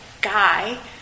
guy